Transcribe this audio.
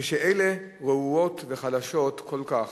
כשאלה רעועות וחלשות כל כך?